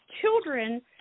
children